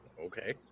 okay